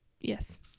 yes